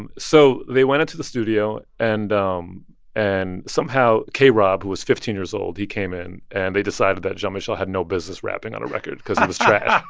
and so they went into the studio, and um and somehow, k-rob, who was fifteen years old, he came in, and they decided that jean-michel had no business rapping on a record because he was trash